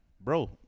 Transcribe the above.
Bro